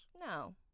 No